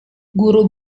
guru